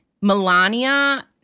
Melania